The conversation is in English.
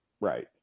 right